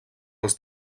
els